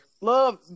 Love